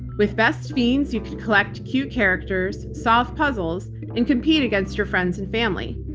with best fiends, you can collect cute characters, solve puzzles and compete against your friends and family.